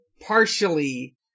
partially